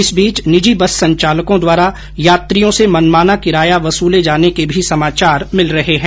इस बीच निजी बस संचालकों द्वारा यात्रियों से मनमाना किराया वसूले जाने के भी समचार मिल रहे है